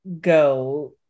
go